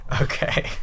Okay